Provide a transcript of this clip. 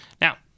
Now